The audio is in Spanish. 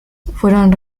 fueron